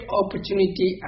opportunity